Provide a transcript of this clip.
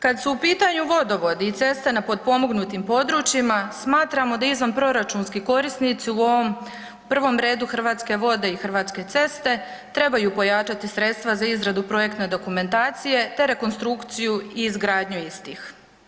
Kad su u pitanju vodovodi i ceste na potpomognutim područjima smatramo da izvanproračunskim korisnici u ovom prvom redu Hrvatske vode i Hrvatske ceste trebaju pojačati sredstva za izradu projektne dokumentacije te rekonstrukciju izgradnje istih.